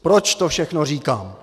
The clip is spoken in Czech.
Proč to všechno říkám.